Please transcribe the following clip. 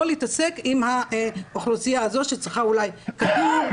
להתעסק עם האוכלוסייה הזו שצריכה אולי כדור,